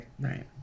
right